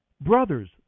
Brothers